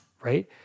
right